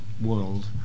world